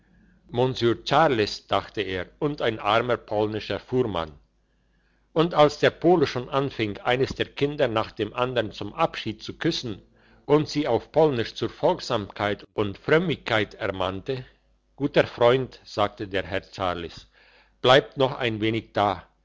monsieur charles dachte er und ein armer polnischer fuhrmann und als der pole schon anfing eines der kinder nach dem andern zum abschied zu küssen und sie auf polnisch zur folgsamkeit und frömmigkeit ermahnte guter freund sagte der herr charles bleibt noch ein wenig da